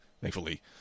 thankfully